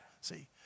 See